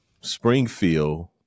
Springfield